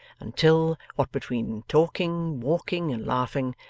until, what between talking, walking, and laughing,